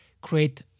create